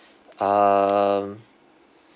um